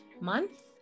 month